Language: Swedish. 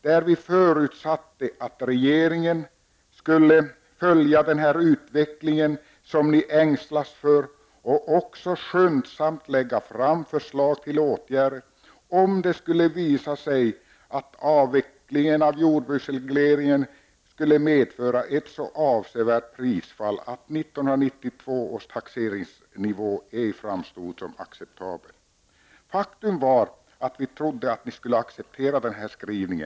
Där förutsätter vi att regeringen följer den utveckling som ni ängslas för och skyndsamt lägger fram förslag till åtgärder, om det visar sig att avvecklingen av jordbruksregleringen medför ett så avsevärt prisfall att 1992 års taxeringsnivå ej framstår som acceptabel. Faktum var att vi trodde att ni skulle acceptera denna skrivning.